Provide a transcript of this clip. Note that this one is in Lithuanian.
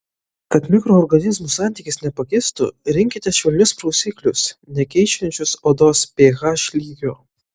kad mikroorganizmų santykis nepakistų rinkitės švelnius prausiklius nekeičiančius odos ph lygio